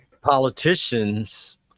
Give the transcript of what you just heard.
politicians